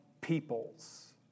peoples